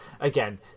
again